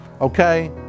okay